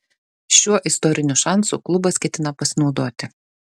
šiuo istoriniu šansu klubas ketina pasinaudoti